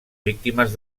víctimes